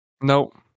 Nope